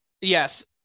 Yes